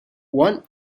one